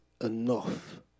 enough